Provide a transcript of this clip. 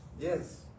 Yes